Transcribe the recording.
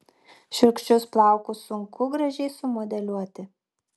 šiurkščius plaukus sunku gražiai sumodeliuoti